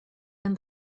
and